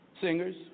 singers